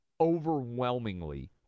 overwhelmingly